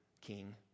king